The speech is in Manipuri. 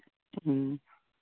ꯎꯝ